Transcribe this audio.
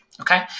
Okay